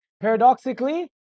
paradoxically